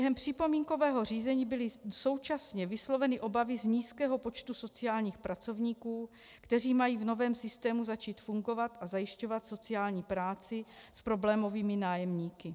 Během připomínkového řízení byly současně vysloveny obavy z nízkého počtu sociálních pracovníků, kteří mají v novém systému začít fungovat a zajišťovat sociální práci s problémovými nájemníky.